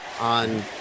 on